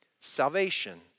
salvation